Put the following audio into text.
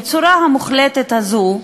בצורה המוחלטת הזו,